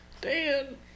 Dan